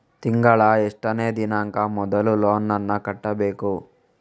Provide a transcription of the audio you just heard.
ತಿಂಗಳ ಎಷ್ಟನೇ ದಿನಾಂಕ ಮೊದಲು ಲೋನ್ ನನ್ನ ಕಟ್ಟಬೇಕು?